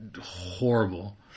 horrible